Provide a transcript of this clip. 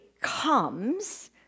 comes